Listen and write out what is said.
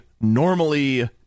normally